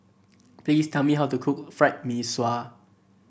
please tell me how to cook Fried Mee Sua